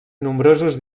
nombrosos